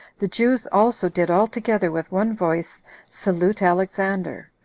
the jews also did all together, with one voice, salute alexander,